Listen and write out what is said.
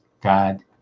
God